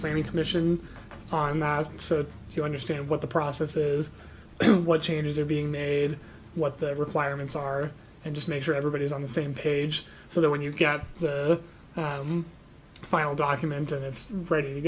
planning commission on the rise and so you understand what the process is what changes are being made what the requirements are and just make sure everybody is on the same page so that when you've got the final document it's ready to